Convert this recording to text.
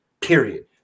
period